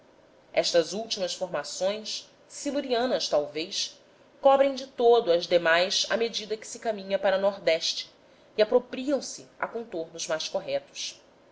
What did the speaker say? estas últimas formações silurianas talvez cobrem de todo as demais à medida que se caminha para ne e apropriam se a contornos mais corretos